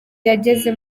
yageze